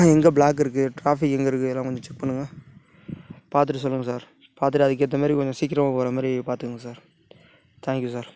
எங்கள் பிளாக் இருக்குது டிராஃபிக் எங்கே இருக்கு இதெலாம் கொஞ்சம் செக் பண்ணுங்கள் பார்த்துட்டு சொல்லுங்கள் சார் பார்த்துட்டு அதுக்கு ஏற்ற மாதிரி கொஞ்சம் சீக்கிரமா போகிற மாதிரி பார்த்துங்க சார் தேங்க்யூ சார்